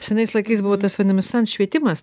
senais laikais buvo vadinami san švietimas